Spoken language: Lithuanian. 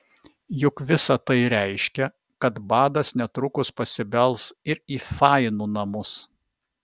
juk visa tai reiškia kad badas netrukus pasibels ir į fainų namus